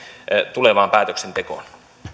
tulevaan päätöksentekoon